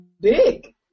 big